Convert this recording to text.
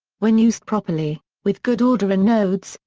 when used properly, with good order in nodes,